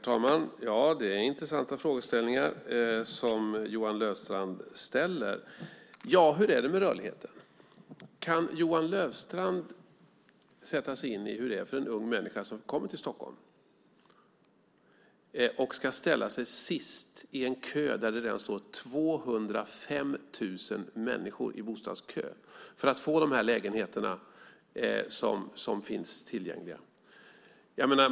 Herr talman! Johan Löfstrands frågeställningar är intressanta. Hur är det med rörligheten? Kan Johan Löfstrand sätta sig in i hur det är för en ung människa som kommer till Stockholm och ska ställa sig sist i en bostadskö där det redan står 205 000 människor som vill få de lägenheter som finns tillgängliga?